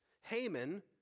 Haman